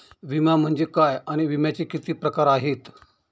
विमा म्हणजे काय आणि विम्याचे किती प्रकार आहेत?